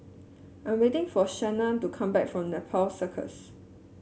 I'm waiting for Shawnna to come back from Nepal Circus